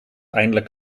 eindelijk